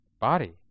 body